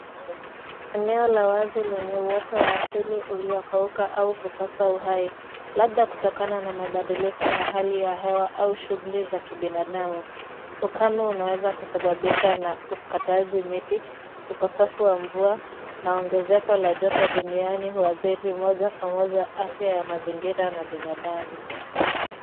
Eneo la wazi lenye uoto wa asili uliokauka au kukosa uhai, labda kutokana na mabadiliko ya hali ya hewa au shughuli ya kibinadamu. Ukame unaweza kusababishwa na ukataji miti, ukosefu wa mvua na ongezeko la joto duniani, huadhiri moja kwa moja afya ya mazingira na binadamu.